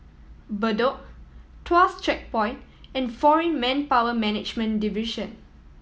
Bedok Tuas Checkpoint and Foreign Manpower Management Division